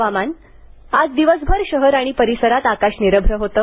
हवामान आज दिवसभर शहर आणि परिसरात आकाश निरभ्र होतं